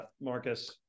Marcus